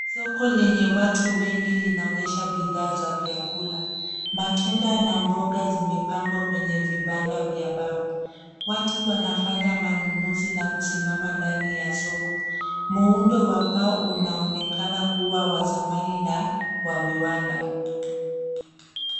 Soko lenye watu wengi linaonyesha bidhaa za vyakula, matunda na mboga zimepangwa kwenye vibanda vya mbao. Watu wanafanya manunuzi na kusimama ndani ya soko, muundo wa paa unaonekana kuwa wa zamani na wa viwanda.